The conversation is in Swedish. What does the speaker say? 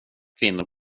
kvinnor